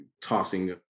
tossing